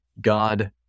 God